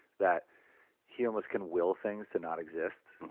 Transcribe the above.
that he almost can will things to not exist.